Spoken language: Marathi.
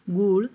गूळ